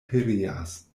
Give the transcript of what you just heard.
pereas